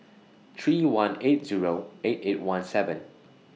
three one eight Zero eight eight one seven